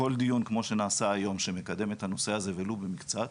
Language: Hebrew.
כל דיון כמו שנעשה היום שמקדם את הנושא הזה ולו במקצת,